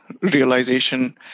realization